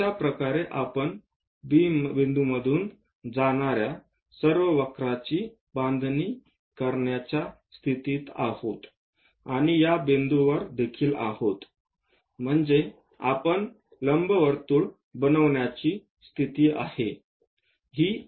अशा प्रकारे आपण B बिंदूमधून जाणाऱ्या सर्व वक्रांची बांधणी करण्याच्या स्थितीत आहोत आणि या बिंदूवर देखील आहोत म्हणजे आपण लंबवर्तुळ बांधकाम करण्याची स्थिती आहोत